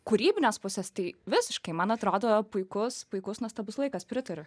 kūrybinės pusės tai visiškai man atrodo puikus puikus nuostabus laikas pritariu